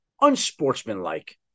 unsportsmanlike